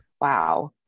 wow